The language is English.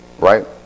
right